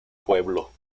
pueblo